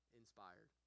inspired